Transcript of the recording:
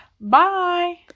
Bye